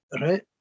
right